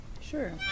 Sure